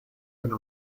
and